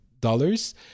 dollars